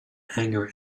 hangar